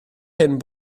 hyn